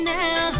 now